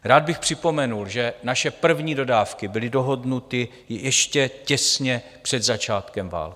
Rád bych připomněl, že naše první dodávky byly dohodnuty ještě těsně před začátkem války.